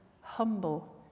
humble